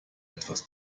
etwas